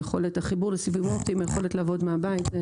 היכולת לסיבים אופטיים והיכולת לעבוד מהבית.